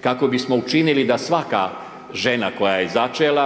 kako bismo učinili da svaka žena koja je začela,